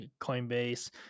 Coinbase